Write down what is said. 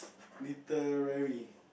literary